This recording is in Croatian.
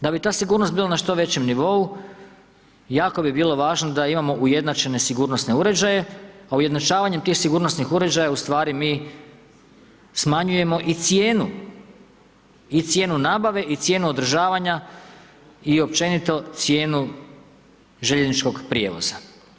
Da bi ta sigurnost bila na što većem nivou jako bi bilo važno da imamo ujednačene sigurnosne uređaje, a ujednačavanjem tih sigurnosnih uređaja u stvari mi smanjujemo i cijenu, i cijenu nabave i cijenu održavanja i općenito cijenu željezničkog prijevoza.